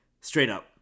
straight-up